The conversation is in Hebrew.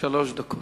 שלוש דקות.